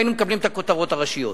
היינו מקבלים את הכותרות הראשיות,